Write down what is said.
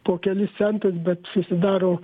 po kelis centus bet susidaro